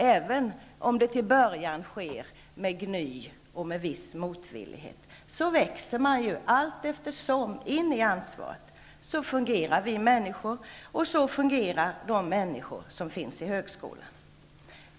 Även om det i början sker med gny och en viss motvilja, växer man så småningom in i ansvarsrollen. Så fungerar vi människor, och så fungerar också de människor som arbetar vid högskolan.